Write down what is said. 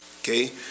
Okay